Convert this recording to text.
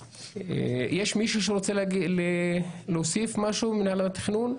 חברים, יש מישהו שרוצה להוסיף משהו, מינהל התכנון?